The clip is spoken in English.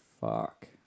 fuck